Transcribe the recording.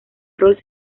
rol